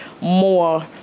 more